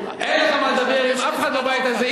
אין לך מה לדבר עם אף אחד בבית הזה,